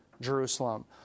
Jerusalem